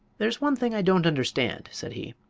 there's one thing i don't understand, said he.